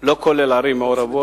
לא כולל ערים מעורבות,